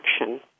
action